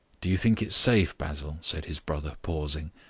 do you think it's safe, basil, said his brother, pausing,